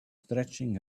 stretching